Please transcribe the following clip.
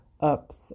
ups